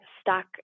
stuck